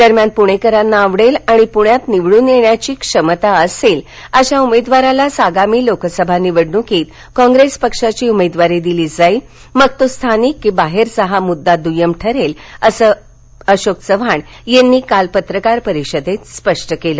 दरम्यान प्णेकरांना आवडेल आणि प्ण्यात निवडून येण्याची क्षमता असेल अशा उमेदवारालाच आगामी लोकसभा निवडणुकीत काँग्रेस पक्षाची उमेदवारी दिली जाईल मग तो स्थानिक कि बाहेरचा हा मुद्दा दुय्यम ठरेल असं पक्षाचे प्रदेशाध्यक्ष अशोक चव्हाण यांनी काल पत्रकार परिषदेत स्पष्ट केलं